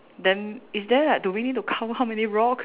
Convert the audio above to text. then is there like do we need to count how many rock